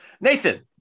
Nathan